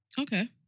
Okay